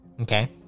Okay